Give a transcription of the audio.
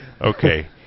Okay